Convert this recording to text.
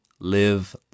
Live